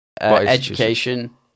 Education